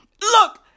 look